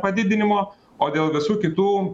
padidinimo o dėl visų kitų